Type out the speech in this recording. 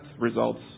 results